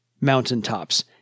mountaintops